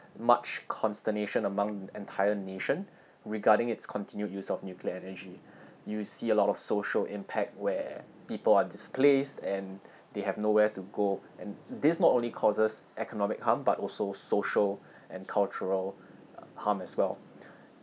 much consternation among entire nation regarding its continued use of nuclear energy you see a lot of social impact where people are displaced and they have nowhere to go and this not only causes economic harm but also social and cultural harm as well